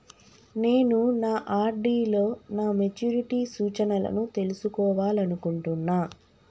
నేను నా ఆర్.డి లో నా మెచ్యూరిటీ సూచనలను తెలుసుకోవాలనుకుంటున్నా